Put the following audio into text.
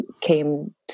came